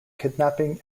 kidnapping